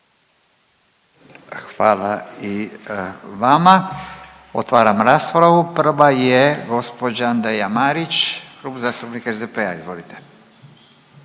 Hvala i vama. Otvaram raspravu, prva je gđa. Andreja Marić, Klub zastupnika SDP-a, izvolite.